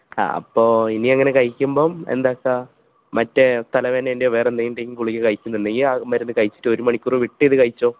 ആ അപ്പോള് ഇനി അങ്ങനെ കഴിക്കുമ്പോള് എന്താണെന്നുവച്ചാല് മറ്റേ തല വേദനേൻ്റെയോ വേറെന്തിന്റെയെങ്കിലും ഗുളിക കഴിക്കുന്നുണ്ടെങ്കില് ആ മരുന്നു കഴിച്ചിട്ട് ഒരു മണിക്കൂർ വിട്ടിതു കഴിച്ചോളൂ